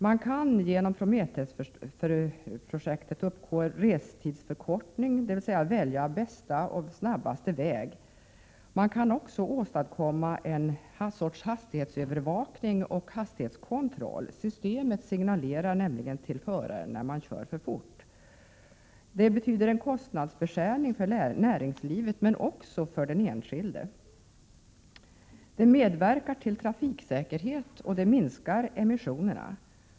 Man kan genom Prometheus-projektet uppnå en restidsförkortning, dvs. välja bästa och snabbaste väg. Man kan också åstadkomma en sorts hastighetsövervakning och hastighetskontroll. Systemet signalerar nämligen till föraren när han kör för fort. Detta betyder en kostnadsnedskärning för näringslivet men också för den enskilde. Det medverkar till bättre trafiksäkerhet och minskade emissioner.